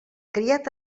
criat